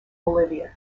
bolivia